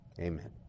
Amen